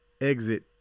exit